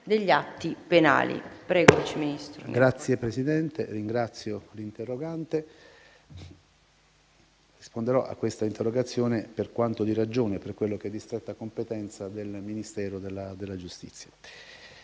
Presidente, ringrazio l'interrogante e risponderò a questa interrogazione per quanto di ragione e per quello che è di stretta competenza del Ministero della giustizia.